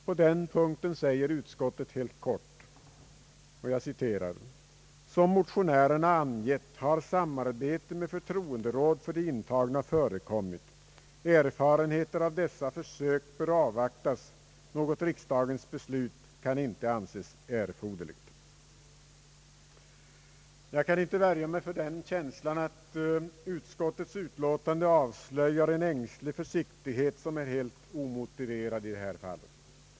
På den punkten säger utskottet helt kort: »Som motionärerna angett har samarbete med förtroenderåd för de intagna förekommit. Erfarenheter av dessa försök bör avvaktas. Något riksdagens beslut kan inte anses erforderligt.» Jag kan inte värja mig för känslan att utskottets utlåtande avslöjar en ängslig försiktighet, som är helt omotiverad.